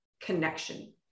connection